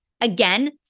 Again